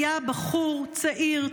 הוא היה בחור צעיר,